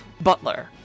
butler